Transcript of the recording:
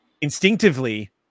instinctively